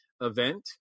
event